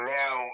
now